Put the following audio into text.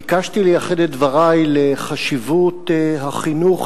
ביקשתי לייחד את דברי לחשיבות החינוך